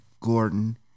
Gordon